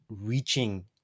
reaching